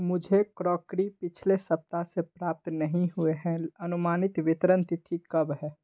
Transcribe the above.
मुझे crockery crockery पिछले सप्ताह से प्राप्त नहीं हुए हैं अनुमानित वितरण तिथि कब है